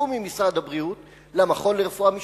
שיצאו ממשרד הבריאות למכון לרפואה משפטית,